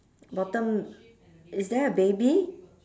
bottom is there a baby